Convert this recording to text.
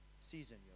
season